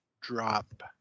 Drop